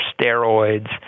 steroids